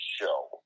show